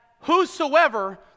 whosoever